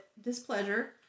displeasure